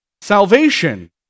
salvation